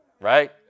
right